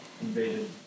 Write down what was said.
invaded